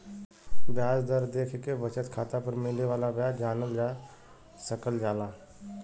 ब्याज दर देखके बचत खाता पर मिले वाला ब्याज जानल जा सकल जाला